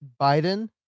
Biden